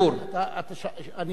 דרך אגב,